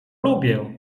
lubię